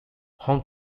hong